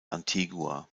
antigua